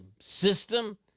system